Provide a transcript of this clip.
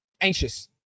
anxious